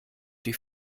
die